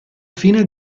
fine